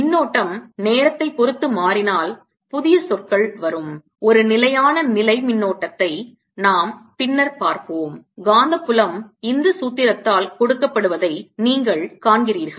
மின்னோட்டம் நேரத்தை பொருத்து மாறினால் புதிய சொற்கள் வரும் ஒரு நிலையான நிலை மின்னோட்டத்தை நாம் பின்னர் பார்ப்போம் காந்தப் புலம் இந்த சூத்திரத்தால் கொடுக்கப்படுவதை நீங்கள் காண்கிறீர்கள்